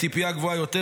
הציפייה גבוהה יותר,